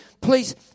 please